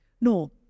No